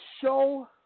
show